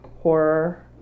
horror